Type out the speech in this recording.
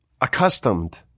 accustomed